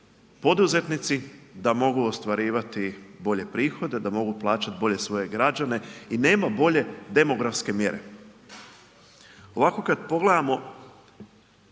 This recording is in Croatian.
poduzetnici da mogu ostvarivati bolje prihode, da mogu plaćati bolje svoje građane i nema bolje demografske mjere. Ovako kad pogledamo